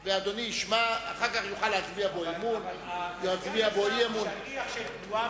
אבל אדוני לא יכול לנאום על כך.